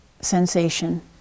sensation